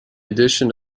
addition